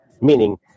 meaning